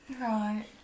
Right